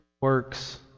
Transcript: works